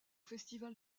festival